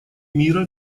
мира